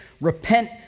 repent